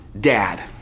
dad